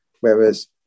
whereas